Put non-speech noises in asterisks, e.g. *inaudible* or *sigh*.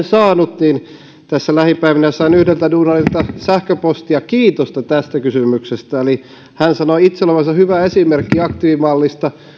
*unintelligible* saanut osakseen kritiikkiäkin mutta tässä lähipäivinä sain yhdeltä duunarilta sähköpostia kiitosta tästä kysymyksestä hän sanoi itse olevansa hyvä esimerkki aktiivimallista